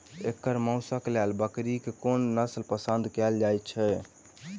एकर मौशक लेल बकरीक कोन नसल पसंद कैल जाइ छै?